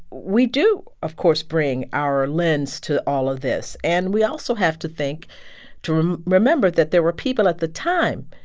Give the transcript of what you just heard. we do, of course, bring our lens to all of this, and we also have to think to um remember that there were people at the time,